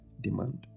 demand